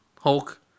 Hulk